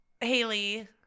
Haley